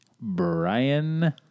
Brian